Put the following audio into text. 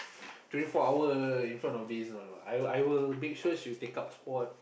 twenty four hour in front of this no no no I will I will make sure she will take up sport